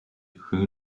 who